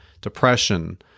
depression